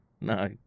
no